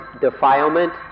defilement